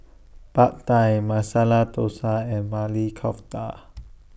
Pad Thai Masala Dosa and Maili Kofta